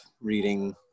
reading